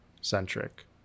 centric